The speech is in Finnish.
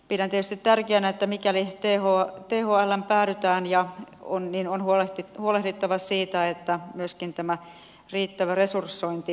pidän tietysti tärkeänä että mikäli thlään päädytään on huolehdittava siitä että myöskin riittävä resursointi turvataan